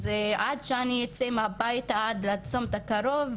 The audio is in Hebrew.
אז עד שאני אצא מהבית עד לצומת הקרוב,